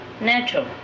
natural